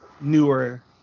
newer